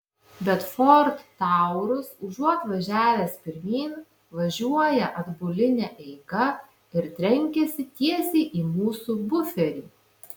bet ford taurus užuot važiavęs pirmyn važiuoja atbuline eiga ir trenkiasi tiesiai į mūsų buferį